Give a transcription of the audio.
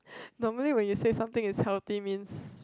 normally when you say something is healthy means